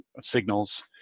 signals